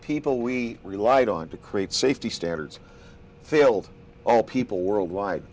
people we relied on to create safety standards failed all people worldwide